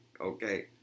Okay